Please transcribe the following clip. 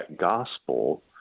gospel